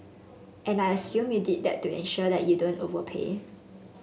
and I assume you did that to ensure that you don't overpay